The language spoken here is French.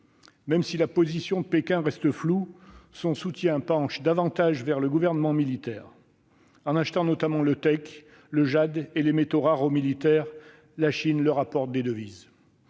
Même si la position de Pékin reste floue, son soutien penche davantage vers le gouvernement militaire. En achetant notamment le teck, le jade et les métaux rares, la Chine lui apporte des devises.